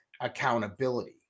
accountability